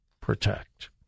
protect